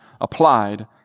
applied